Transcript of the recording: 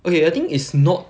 okay I think it's not